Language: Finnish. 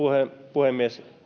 puhemies